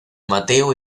mateo